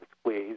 squeeze